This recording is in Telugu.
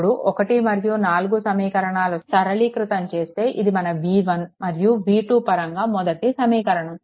ఇప్పుడు 1 మరియు 4 సమీకరణలు సరళీకృతం చేస్తే ఇది మన v1 మరియు v2 పరంగా మొదటి సమీకరణం